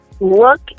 Look